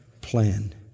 plan